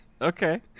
okay